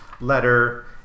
letter